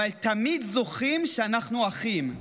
אבל תמיד זוכרים שאנחנו אחים,